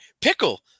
pickle